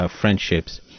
friendships